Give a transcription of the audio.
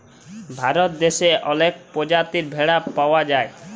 ভারত দ্যাশে অলেক পজাতির ভেড়া পাউয়া যায়